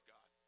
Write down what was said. God